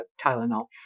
Tylenol